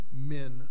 men